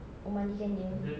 oh mandikan dia